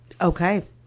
Okay